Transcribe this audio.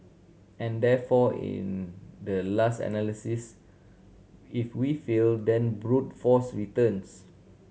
and therefore in the last analysis if we fail then brute force returns